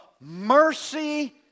mercy